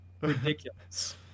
ridiculous